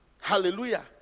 Hallelujah